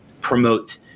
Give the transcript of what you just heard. promote